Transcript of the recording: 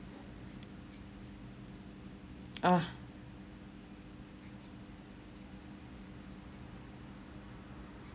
ah